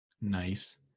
Nice